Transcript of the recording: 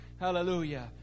Hallelujah